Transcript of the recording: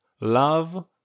Love